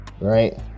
right